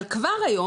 אבל כבר היום,